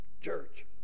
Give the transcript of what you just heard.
Church